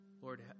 Lord